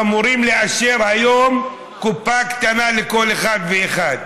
אמורים לאשר היום קופה קטנה לכל אחד ואחד.